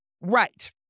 Right